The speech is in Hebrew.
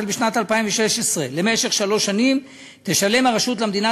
החל בשנת 2016 ולמשך שלוש שנים תשלם הרשות למדינה